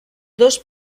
dos